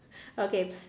okay